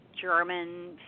German